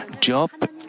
Job